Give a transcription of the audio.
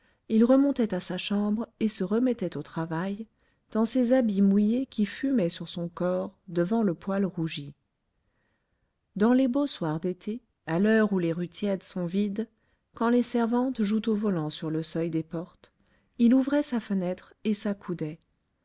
il remontait à sa chambre et se remettait au travail dans ses habits mouillés qui fumaient sur son corps devant le poêle rougi dans les beaux soirs d'été à l'heure où les rues tièdes sont vides quand les servantes jouent au volant sur le seuil des portes il ouvrait sa fenêtre et s'accoudait